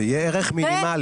שיהיה ערך מינימלי.